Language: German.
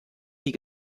die